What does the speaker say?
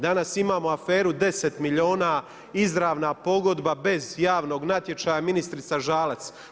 Danas imamo aferu 10 milijuna izravna pogodba bez javnog natječaja, ministrica Žalac.